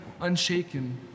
unshaken